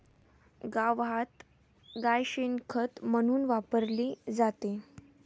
गावात गाय शेण खत म्हणून वापरली जाते